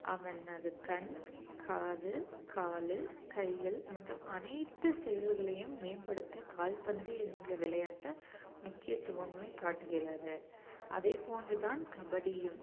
அவன் அது கண் காது கால் கைகள் மொத்தம் அனைத்து செயல்களையும் மேம்படுத்த கால் பந்து என்ற விளையாட்டை முக்கியத்துவமே காட்டுகிறது அதே போன்று தான் கபடியும்